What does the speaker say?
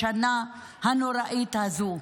בשנה הנוראית הזו.